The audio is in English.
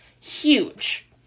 huge